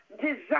design